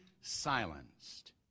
silenced